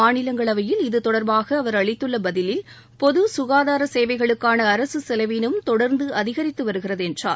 மாநிலங்களவையில் இதுதொடர்பாக அவர் அளித்துள்ள பதிலில் பொதுசுகாதார சேவைகளுக்கான அரசு செலவீனம் தொடர்ந்து அதிகரித்து வருகிறது என்றார்